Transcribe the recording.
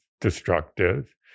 destructive